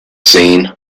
seen